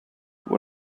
what